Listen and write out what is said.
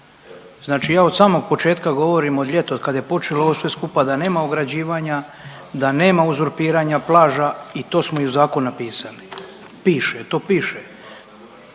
Znači ja od samog početka govorim od ljetos kad je počelo sve skupa da nema ograđivanja, da nema uzurpiranja plaža i to smo i u zakonu napisali. Piše, to piše,